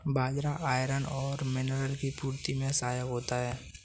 बाजरा iron और mineral की पूर्ति में सहायक होता है